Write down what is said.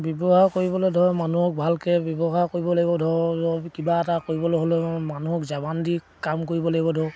ব্যৱহাৰ কৰিবলৈ ধৰক মানুহক ভালকৈ ব্যৱহাৰ কৰিব লাগিব ধৰক কিবা এটা কৰিবলৈ হ'লেও মানুহক যাৱান দি কাম কৰিব লাগিব ধৰক